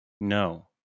No